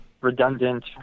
redundant